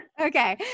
Okay